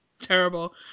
terrible